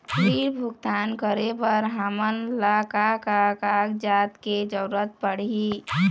ऋण भुगतान करे बर हमन ला का का कागजात के जरूरत पड़ही?